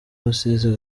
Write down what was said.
rusizi